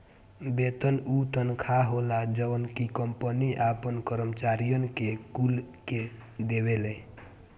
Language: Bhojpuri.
वेतन उ तनखा होला जवन की कंपनी आपन करम्चारिअन कुल के देवेले